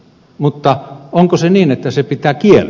mutta onko niin että se pitää kieltää